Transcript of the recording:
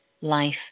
life